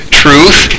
truth